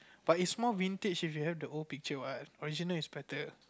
but is more vintage if you have the old picture what original is better